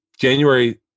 January